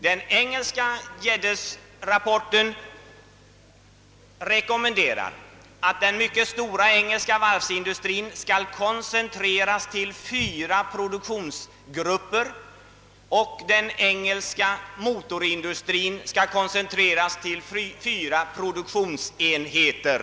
Den engelska Geddesrapporten rekommenderar, att den engelska varvsindustrin skall koncentreras till fyra produktionsgrupper och att den engelska motorindustrin skall koncentreras till fyra produktionsenheter.